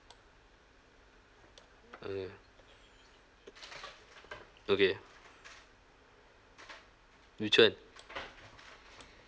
okay okay which one